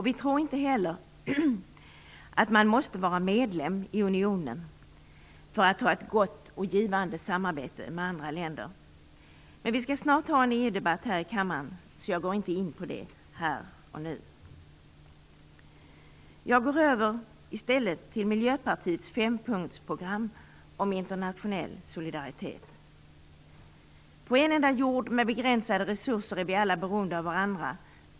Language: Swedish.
Vi tror inte heller att man måste vara medlem i unionen för att ha ett gott och givande samarbete med andra länder. Men vi skall snart ha en EU-debatt här i kammaren, så jag går inte in på det här och nu. Jag går i stället över till Miljöpartiets fempunktsprogram om internationell solidaritet. På en enda jord med begränsade resurser är vi alla beroende av varandra.